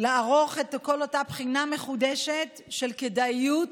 לערוך את כל אותה בחינה מחודשת של כדאיות